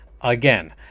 again